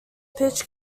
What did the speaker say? pitch